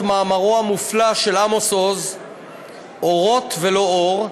מאמרו המופלא של עמוס עוז "אורות ולא אור",